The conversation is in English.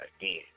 again